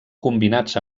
combinats